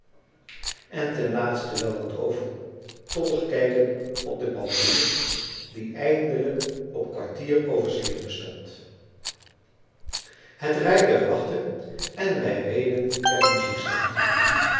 en ten laatste wel wat overtollig kijken op de pendule die eindelijk op kwartier over zevenen stond het rijtuig wachtte en wij reden